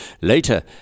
later